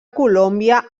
colòmbia